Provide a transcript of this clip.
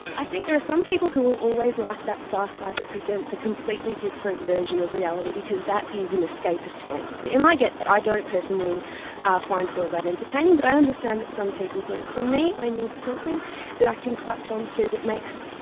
i think there are some people who will always like that sci-fi that presents a completely different version of reality because that is an escapist fantasy. and i get that. i don't personally find it all that entertaining but i understand that some people do. for me i need something that i can clutch onto that makes,